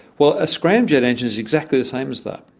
well, a scramjet engine is exactly the same as that.